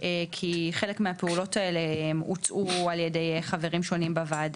היא אתגר קשה וצריך לקחת את זה בחשבון כשאנחנו הולכים לחלופה הזו.